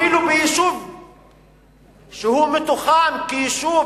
אפילו ביישוב שהוא מתוחם כיישוב,